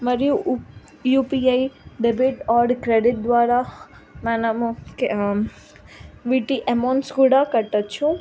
మరియు UPI debit or credit ద్వారా మనము వీటి అమౌంట్స్ కూడా కట్టచ్చు